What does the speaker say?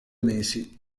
mesi